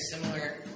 similar